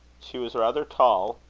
she was rather tall,